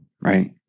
right